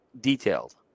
detailed